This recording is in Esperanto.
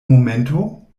momento